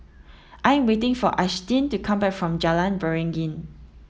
I am waiting for Ashtyn to come back from Jalan Beringin